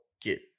get